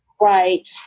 Right